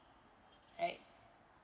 right